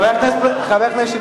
חבר הכנסת שטרית,